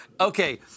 Okay